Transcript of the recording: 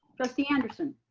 trustee anderson.